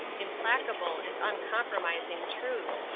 implacable and uncompromising truth,